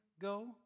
go